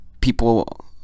people